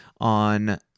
on